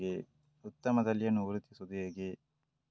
ಉತ್ತಮ ತಳಿಯನ್ನು ಗುರುತಿಸುವುದು ಹೇಗೆ?